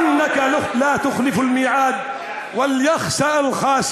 תן לאדוננו מוחמד את מקומו בגן העדן והאצל לו מידות